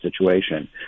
situation